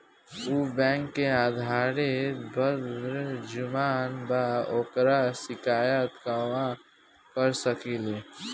उ बैंक के अधिकारी बद्जुबान बा ओकर शिकायत कहवाँ कर सकी ले